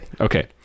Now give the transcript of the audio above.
Okay